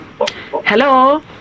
hello